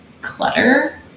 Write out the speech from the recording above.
clutter